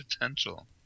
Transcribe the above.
Potential